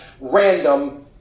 random